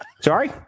Sorry